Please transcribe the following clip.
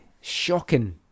shocking